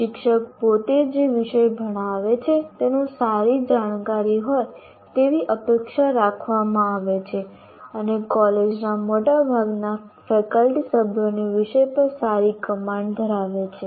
શિક્ષક પોતે જે વિષય ભણાવે છે તેનું સારી જાણકારી હોય તેવી અપેક્ષા રાખવામાં આવે છે અને કોલેજના મોટાભાગના ફેકલ્ટી સભ્યોની વિષય પર સારી કમાન્ડ ધરાવે છે